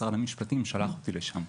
משרד המשפטים שלח אותי לשם.